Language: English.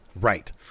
Right